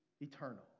eternal